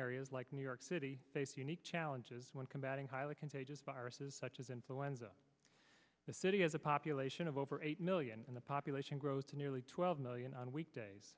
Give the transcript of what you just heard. areas like new york city based unique challenges when combating highly contagious viruses such as influenza the city has a population of over eight million and the population growth nearly twelve million on weekdays